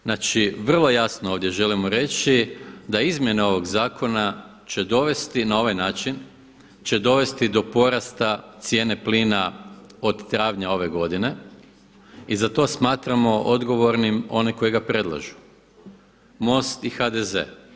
Znači vrlo jasno ovdje želimo reći da izmjene ovog zakona će dovesti na ovaj način, će dovesti do porasta cijene plin od travnja ove godine i za to smatramo odgovornim one koji ga predlažu, MOST i HDZ.